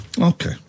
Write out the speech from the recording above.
Okay